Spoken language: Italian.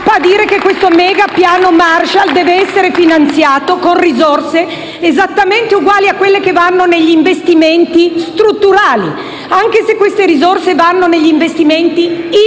a dire che questo megapiano Marshall deve essere finanziato con risorse esattamente uguali a quelle che vanno negli investimenti strutturali, anche se vanno negli investimenti